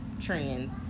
trends